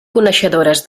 coneixedores